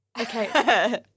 Okay